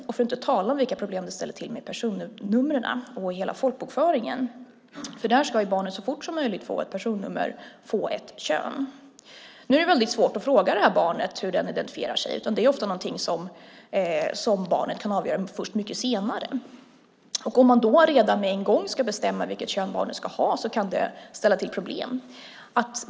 För att inte tala om vilka problem det ställer till med personnumren och hela folkbokföringen, för där ska ju barnet så fort som möjligt få ett personnummer, få ett kön. Nu är det väldigt svårt att fråga det här barnet hur det identifierar sig, utan det är ofta någonting som barnet kan avgöra först mycket senare. Om man då redan med en gång ska bestämma vilket kön barnet ska ha kan det ställa till problem.